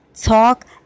Talk